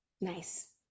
Nice